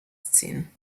ziehen